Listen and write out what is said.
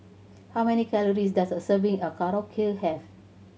how many calories does a serving of Korokke have